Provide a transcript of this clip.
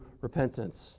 repentance